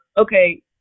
okay